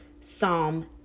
Psalm